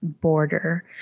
border